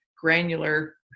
granular